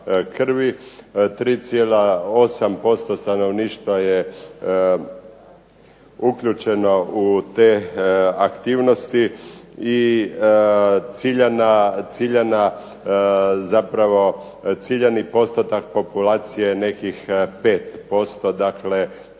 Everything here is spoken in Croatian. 3,8% stanovništva je uključeno u te aktivnosti i ciljana zapravo ciljani postotak populacije je nekih 5% dakle